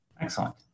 Excellent